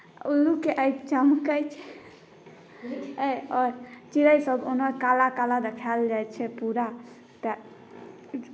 उल्लूके आँखि चमकै छै आओर चिड़ै सब ओना काला काला देखल जाइ छै पूरा तऽ